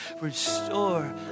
restore